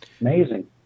amazing